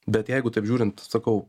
bet jeigu taip žiūrint sakau